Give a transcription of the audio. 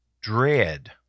dread